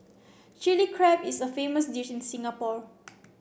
Chilli Crab is a famous dish in Singapore